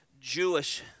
jewish